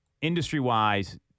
industry-wise